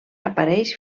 apareix